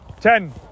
Ten